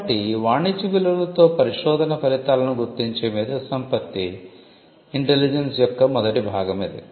కాబట్టి వాణిజ్య విలువలతో పరిశోధన ఫలితాలను గుర్తించే మేధోసంపత్తి ఇంటెలిజెన్స్ యొక్క మొదటి భాగం ఇది